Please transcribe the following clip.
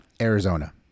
Arizona